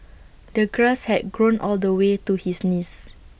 the grass had grown all the way to his knees